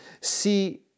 see